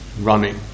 running